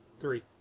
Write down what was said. Three